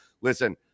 listen